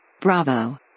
Bravo